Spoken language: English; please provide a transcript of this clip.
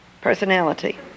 personality